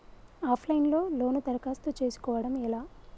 Of line లో loan దరఖాస్తు చేసుకోవడం ఎలా?